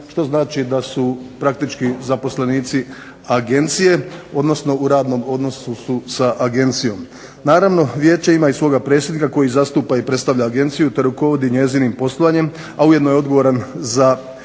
što znači da su praktički zaposlenici agencije, odnosno u radnom odnosu su sa agencijom. Naravno, vijeće ima i svoga predsjednika koji zastupa i predstavlja agenciju te rukovodi njezinim poslovanjem, a ujedno je odgovoran za